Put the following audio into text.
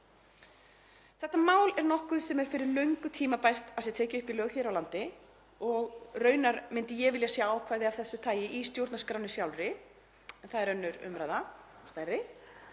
Þetta mál er nokkuð sem er fyrir löngu tímabært að sé tekið upp í lög hér á landi og raunar myndi ég vilja sjá ákvæði af þessu tagi í stjórnarskránni sjálfri en það er önnur umræða og stærri.